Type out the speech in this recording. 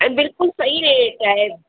ऐं बिल्कुलु सही रेट आहे